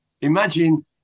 Imagine